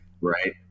right